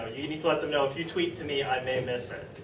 you need to let them know if you tweet to me and i may miss it.